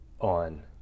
on